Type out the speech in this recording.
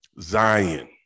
Zion